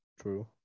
True